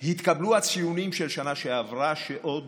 התקבלו הציונים של שנה שעברה, שעוד